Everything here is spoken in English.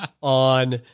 on